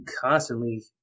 constantly